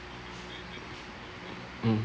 mm